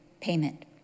payment